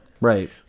Right